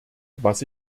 was